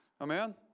Amen